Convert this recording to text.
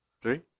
three